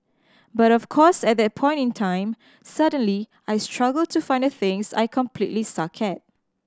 but of course at that point in time suddenly I struggle to find the things I completely suck at